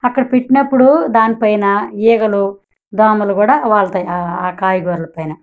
అక్కడ పెట్టినప్పుడు దానిపైన ఈగలు దోమలు కూడా వాలతాయి ఆ కాయగూరల పైన